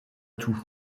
tout